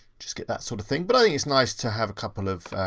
just get that sort of thing. but i think it's nice to have a couple of